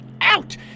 out